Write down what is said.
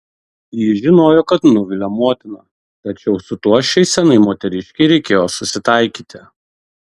ji žinojo kad nuvilia motiną tačiau su tuo šiai senai moteriškei reikėjo susitaikyti